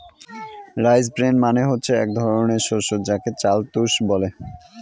rice bran মানে হচ্ছে এক ধরনের শস্য যাকে চাল তুষ বলে